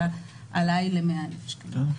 וההעלאה היא ל-100,000 שקלים.